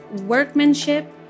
workmanship